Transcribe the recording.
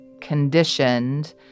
conditioned